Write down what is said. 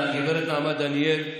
נעמה דניאל.